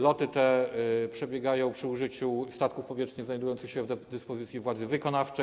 Loty te przebiegają przy użyciu statków powietrznych znajdujących się w dyspozycji władzy wykonawczej.